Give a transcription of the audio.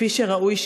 כפי שראוי שיהיה.